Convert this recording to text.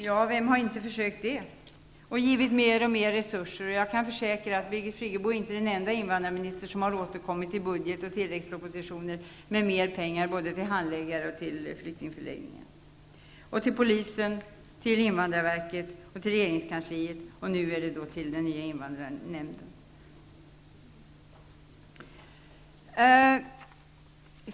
Ja, vem har inte försökt det och givit mer och mer resurser? Jag kan försäkra att Birgit Friggebo inte är den enda invandrarminister som har återkommit i budgetoch tilläggspropositioner med begäran om mer pengar till handläggare, till flyktingförläggningar, till polisen, till invandrarverket och till regeringskansliet. Nu gäller det pengar till den nya invandrarnämnden.